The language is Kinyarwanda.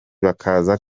bakaza